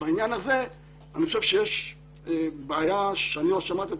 ובעניין הזה יש בעיה שאני לא שמעתי,